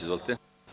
Izvolite.